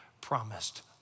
promised